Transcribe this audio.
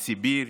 נא לסיים.